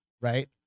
right